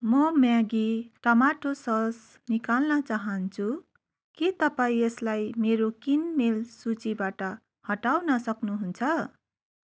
म Maggi tomato sauce निकाल्न चाहन्छु के तपाईँ यसलाई मेरो किनमेल सूचीबाट हटाउन सक्नुहुन्छ